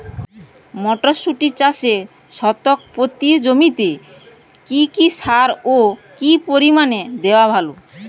মটরশুটি চাষে শতক প্রতি জমিতে কী কী সার ও কী পরিমাণে দেওয়া ভালো?